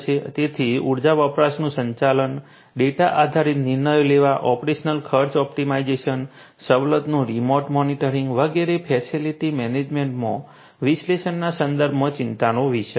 તેથી ઊર્જા વપરાશનું સંચાલન ડેટા આધારિત નિર્ણયો લેવા ઓપરેશનલ ખર્ચ ઑપ્ટિમાઇઝેશન સવલતોનું રિમોટ મોનિટરિંગ વગેરે ફેસિલિટી મેનેજમેન્ટમાં વિશ્લેષણના સંદર્ભમાં ચિંતાનો વિષય છે